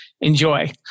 enjoy